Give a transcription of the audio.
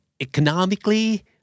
economically